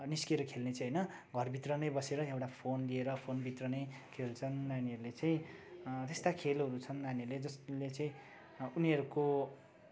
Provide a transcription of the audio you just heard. निस्किएर खेल्ने चाहिँ होइन घरभित्र नै बसेर एउटा फोन लिएर फोनभित्र नै खेल्छन् नानीहरूले चाहिँ त्यस्ता खेलहरू छन् नानीहरूले जसले चाहिँ उनीहरूको